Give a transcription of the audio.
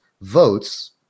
votes